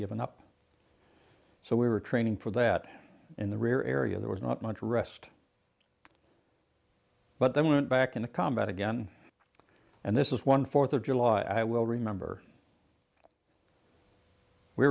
given up so we were training for that in the rear area there was not much rest but then we went back into combat again and this is one fourth of july i will remember we